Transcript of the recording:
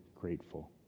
grateful